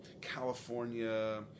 California